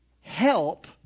help